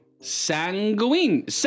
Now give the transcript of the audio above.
Sanguine